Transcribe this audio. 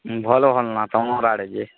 ଭଲ ଭଲ ନା ତମର ଆଡ଼େ ଯେ